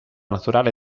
naturale